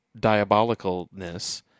diabolicalness